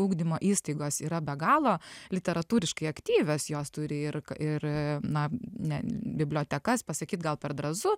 ugdymo įstaigos yra be galo literatūriškai aktyvios jos turi ir ir na ne bibliotekas pasakyt gal per drąsu